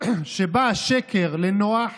שבא השקר לנוח